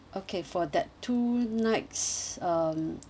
okay for that two nights um